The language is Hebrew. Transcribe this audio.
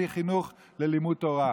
בלי חינוך ללימוד תורה.